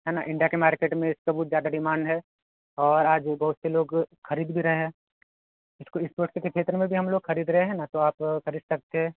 है ना इंडिया के मार्केट में इसका बहुत ज़्यादा डिमांड है और आज रीबॉक के लोग खरीद भी रहे हैं इसको इस वर्ष के क्षेत्र में भी हम लोग खरीद रहे हैं ना तो आप खरीद सकते हैं